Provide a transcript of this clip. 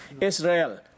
Israel